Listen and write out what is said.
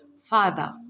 Father